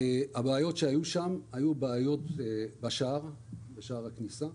היו שם בעיות בשער הכניסה.